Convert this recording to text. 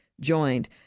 joined